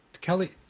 Kelly